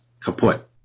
kaput